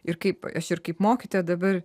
ir kaip aš ir kaip mokytoja dabar